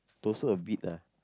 torso a bit lah